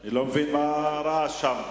אני לא מבין מה הרעש שם,